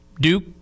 Duke